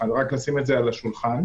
רק לשים את זה על השולחן.